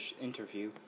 interview